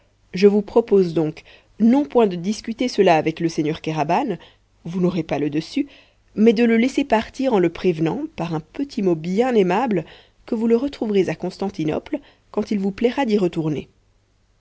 je vous propose donc non point de discuter cela avec le seigneur kéraban vous n'aurez pas le dessus mais de le laisser partir en le prévenant par un petit mot bien aimable que vous le retrouverez à constantinople quand il vous plaira d'y retourner